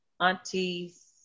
Auntie's